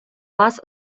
вас